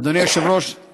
אדוני היושב-ראש,